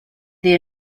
the